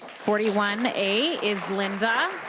forty one a is linda.